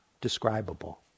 describable